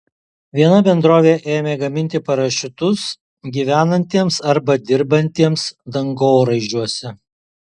viena bendrovė ėmė gaminti parašiutus gyvenantiems arba dirbantiems dangoraižiuose